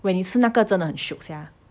when 你吃那个真的很 shiok sia